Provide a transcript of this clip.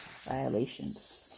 violations